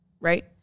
right